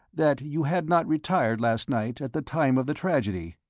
that you had not retired last night at the time of the tragedy.